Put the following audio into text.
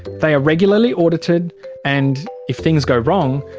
they are regularly audited and, if things go wrong,